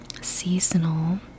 seasonal